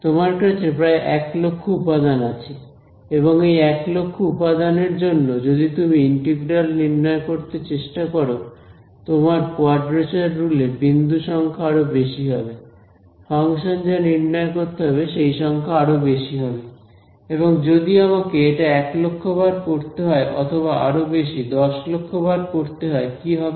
তোমার কাছে প্রায় 1 লক্ষ উপাদান আছে এবং এই এক লক্ষ উপাদানের জন্য যদি তুমি ইন্টিগ্রাল নির্ণয় করতে চেষ্টা করো তোমার কোয়াড্রেচার রুল এ বিন্দু সংখ্যা আরো বেশি হবে ফাংশন যা নির্ণয় করতে হবে সেই সংখ্যা আরো বেশি হবে এবং যদি আমাকে এটা এক লক্ষ বার করতে হয় অথবা আরো বেশি 10 লক্ষ বার করতে হয় কি হবে